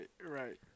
right